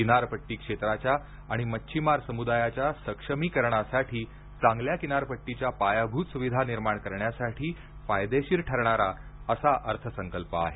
किनारपट्टी क्षेत्राच्या आणि मच्छीमार समुदायाच्या सक्षमीकरणासाठी चांगल्या किनारपट्टीच्या पायाभूत सुविधा निर्माण करण्यासाठी फायदेशीर ठरणार आहे